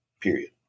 period